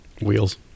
Wheels